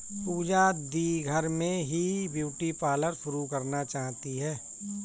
पूजा दी घर में ही ब्यूटी पार्लर शुरू करना चाहती है